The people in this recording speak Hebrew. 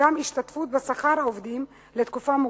גם השתתפות בשכר העובדים לתקופה מוגבלת.